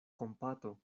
kompato